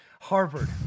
Harvard